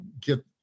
get